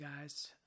guys